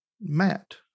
Matt